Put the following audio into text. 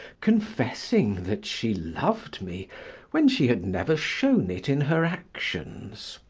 confessing that she loved me when she had never shown it in her actions.